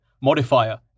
modifier